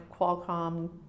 qualcomm